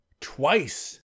twice